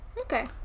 Okay